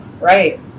Right